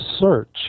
search